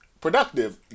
productive